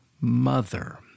mother